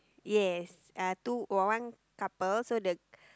yes uh two got one couple so the